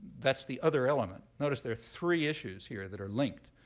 that's the other element. notice there are three issues here that are linked.